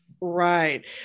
Right